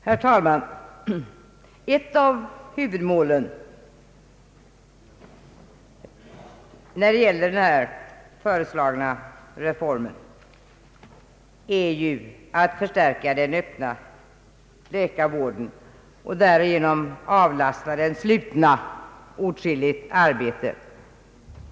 Herr talman! Ett av huvudmålen när det gäller den här föreslagna reformen är att förstärka den öppna vården och därigenom avlasta den slutna åtskilligt arbete.